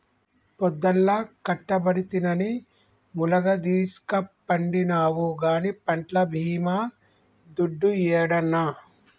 పొద్దల్లా కట్టబడితినని ములగదీస్కపండినావు గానీ పంట్ల బీమా దుడ్డు యేడన్నా